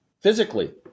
physically